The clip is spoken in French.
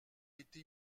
été